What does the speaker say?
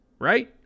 right